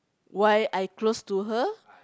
why I close to her